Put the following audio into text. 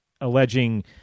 alleging